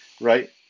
right